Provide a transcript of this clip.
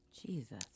Jesus